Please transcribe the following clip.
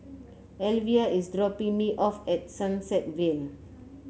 Elvia is dropping me off at Sunset Vale